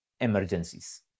emergencies